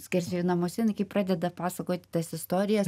skersvėjų namuose jinai kai pradeda pasakoti tas istorijas